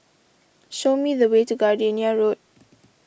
show me the way to Gardenia Road